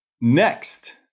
Next